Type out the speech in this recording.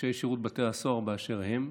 אנשי שירות בתי הסוהר באשר הם,